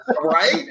Right